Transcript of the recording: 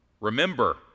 Remember